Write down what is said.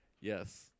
yes